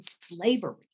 slavery